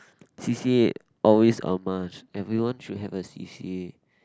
C_C_A always a must everyone should have a C_C_A